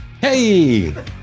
Hey